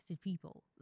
people